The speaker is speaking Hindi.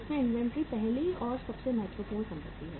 इसमें इन्वेंट्री पहली और सबसे महत्वपूर्ण संपत्ति है